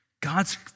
God's